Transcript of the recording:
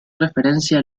referencia